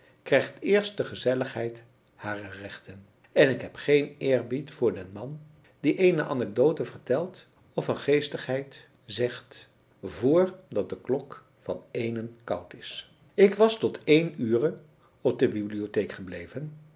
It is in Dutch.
krijgt eerst de gezelligheid hare rechten en ik heb geen eerbied voor den man die eene anecdote vertelt of een geestigheid zegt vr dat de klok van éénen koud is ik was tot één ure op de bibliotheek gebleven